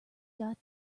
got